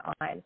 on